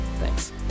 Thanks